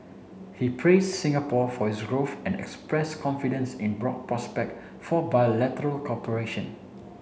he praised Singapore for its growth and express confidence in broad prospect for bilateral cooperation